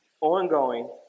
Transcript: ongoing